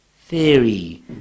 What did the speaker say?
theory